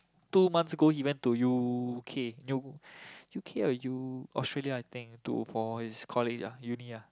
two months ago he went to U_K you know U_K or U Australia I think to for his college ah uni ah